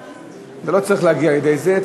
זה לא צריך להגיע לידי זה.